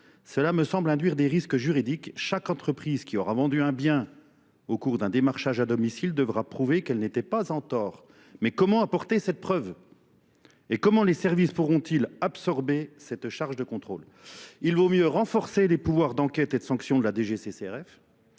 Cela me semble induire des risques juridiques. Chaque entreprise qui aura vendu un bien au cours d'un démarchage à domicile devra prouver qu'elle n'était pas en tort. Mais comment apporter cette preuve ? Et comment les services pourront-ils absorber cette charge de contrôle ? Il vaut mieux renforcer les pouvoirs d'enquête et de sanction de la DGCCRF,